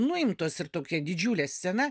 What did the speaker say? nuimtos ir tokia didžiulė scena